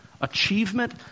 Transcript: achievement